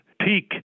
peak